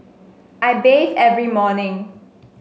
I bathe every morning